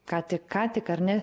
ką tik ką tik ar ne